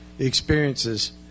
Experiences